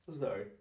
sorry